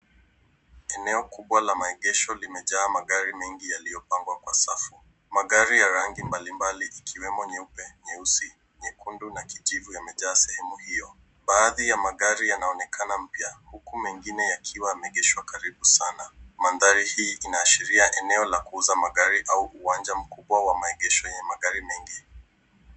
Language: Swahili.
Eneo kubwa la maegesho limejaa magari mengi yaliyopangwa kwa safu. Magari ya rangi mbalimbali ikiwemo nyeupe, nyeusi, nyekundu na kijivu yamejaa sehemu hiyo. Baadhi ya magari yanaonekana mpya, huku mengine yakiwa yameegeshwa karibu sana. Mandhari hii inaashiria eneo la kuuza magari au uwanja mkubwa wa maegesho ya magari mengi.